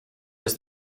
was